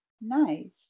nice